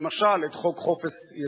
למשל את חוק-יסוד: